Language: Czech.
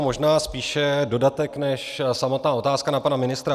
Možná spíše dodatek než samotná otázka na pana ministra.